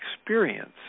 experience